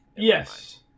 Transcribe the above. yes